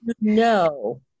no